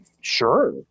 Sure